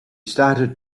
started